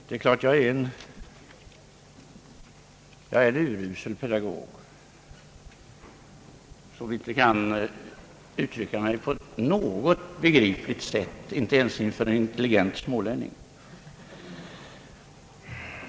Herr talman! Det är uppenbart att jag är en urusel pedagog som inte kan uttrycka mig begripligt — inte ens inför en intelligent smålänning.